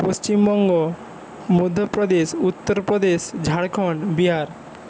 Paschimbanga Madhya Pradesh Uttar Pradesh Jharkhand Bihar